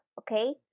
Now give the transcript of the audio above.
okay